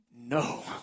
no